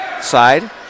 side